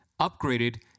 upgraded